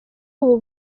ubu